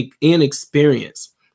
inexperienced